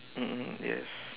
mm mm yes